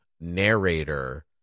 narrator